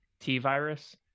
t-virus